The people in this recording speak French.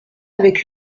avec